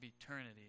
eternity